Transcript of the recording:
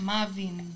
Marvin